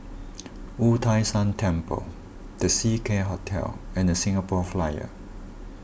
Wu Tai Shan Temple the Seacare Hotel and the Singapore Flyer